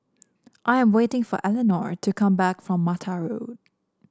I am waiting for Eleanor to come back from Mata Road